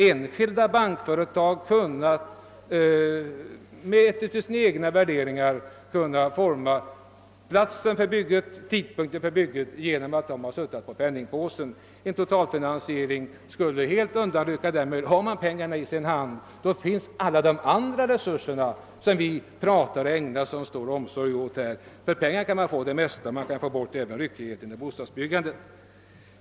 Enskilda bankföretag har efter sina egna värderingar kunnat bestämma plats och tidpunkt för de planerade byggena genom att de suttit på penningpåsen. En = totalfinansiering skulle helt undanrycka denna möjlighet. Har man pengarna i sin hand har man också alla de andra resurser som vi ägnar sådant intresse åt. Har man bara pengar, kan man avskaffa de flesta av svårigheterna, även ryckigheten i bostadsbyggandet.